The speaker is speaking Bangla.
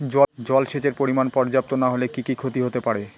জলসেচের পরিমাণ পর্যাপ্ত না হলে কি কি ক্ষতি হতে পারে?